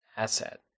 asset